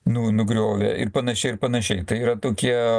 nu nugriovė ir panašiai ir panašiai tai yra tokie